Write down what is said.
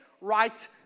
right